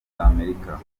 amerika